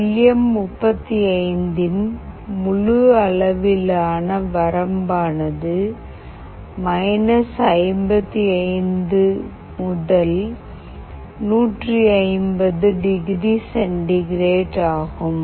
L M 35 யின் முழு அளவிலான வரம்பானது 55 முதல் 150 டிகிரி சென்டிகிரேட் ஆகும்